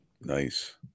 Nice